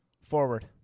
Forward